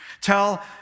Tell